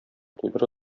туйдыра